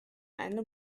eine